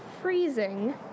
freezing